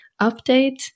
update